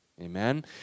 Amen